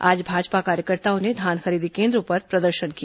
आज भाजपा कार्यकर्ताओं ने धान खरीदी केंद्रों पर प्रदर्शन किया